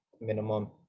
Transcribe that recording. minimum